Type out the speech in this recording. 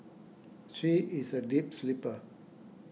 she is a deep sleeper